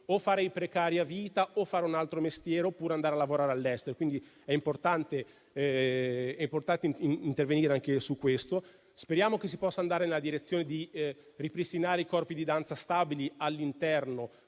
o fare i precari a vita o fare un altro mestiere oppure andare a lavorare all'estero. Quindi, è importante intervenire anche su questo. Speriamo che si possa andare nella direzione di ripristinare i corpi di danza stabili all'interno